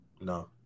No